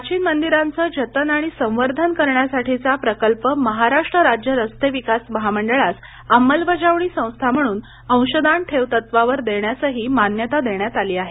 प्राचीन मंदिरांचे जतन आणि संवर्धन करण्यासाठीचा प्रकल्प महाराष्ट्र राज्य रस्ते विकास महामंडळास अंमलबजावणी संस्था म्हणून अंशदान ठेव तत्वावर देण्यासही मान्यता देण्यात आली आहे